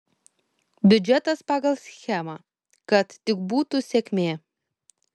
biudžetas pagal schemą kad tik būtų sėkmė